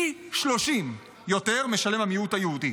המיעוט היהודי